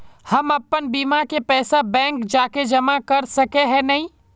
हम अपन बीमा के पैसा बैंक जाके जमा कर सके है नय?